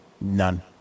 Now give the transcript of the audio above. None